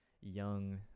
young